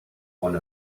one